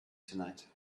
tonight